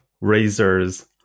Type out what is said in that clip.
razors